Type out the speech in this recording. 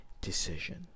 decision